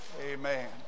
Amen